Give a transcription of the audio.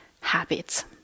habits